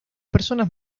personas